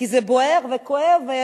כי זה בוער וכואב.